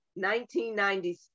1997